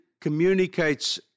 communicates